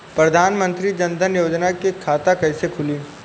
प्रधान मंत्री जनधन योजना के खाता कैसे खुली?